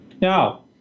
Now